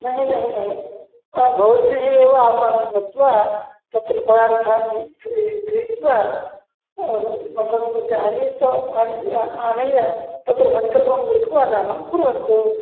न न न भवद्भिः एव आपणं गत्वा तत्र पदार्थानि क्र क्रीत्वा मठम् आनीय आनीय अनेन तत्र सङ्कल्पं कृत्वा दानं कुर्वन्तु